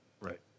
Right